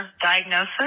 diagnosis